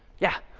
yeah.